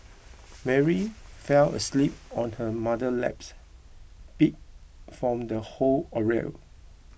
Mary fell asleep on her mother laps beat from the whole ordeal